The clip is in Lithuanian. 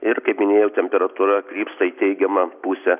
ir kaip minėjau temperatūra krypsta į teigiamą pusę